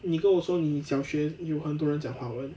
你跟我说你小学有很多人讲华文